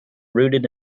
rooted